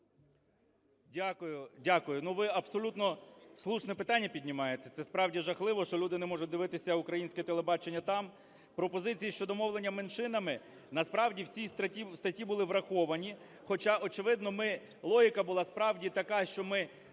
Дякую. Ну, ви абсолютно слушне питання піднімаєте. Це справді жахливо, що люди не можуть дивитися українське телебачення там. Пропозицій щодо мовлення меншинами, насправді в цій статті були враховані. Хоча, очевидно, логіка була справді така, що ми